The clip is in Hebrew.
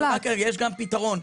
אבל יש גם פיתרון.